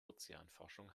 ozeanforschung